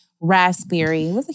raspberry